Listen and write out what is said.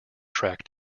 track